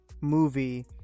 movie